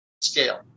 scale